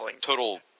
total